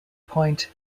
point